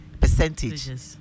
percentage